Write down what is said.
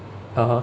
(uh huh)